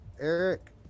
eric